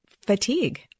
fatigue